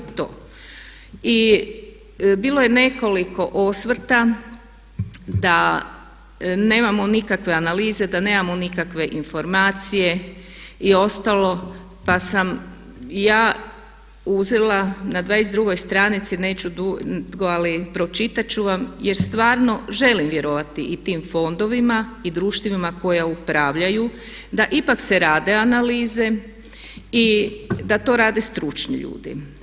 I bilo je nekoliko osvrta da nemamo nikakve analize, da nemamo nikakve informacije i ostalo pa sam i ja uzela na 22 stranici, neću dugo ali pročitat ću vam jer stvarno želim vjerovati i tim fondovima idruštvima koja upravljaju da ipak se rade analize i da to rade stručni ljudi.